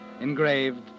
Engraved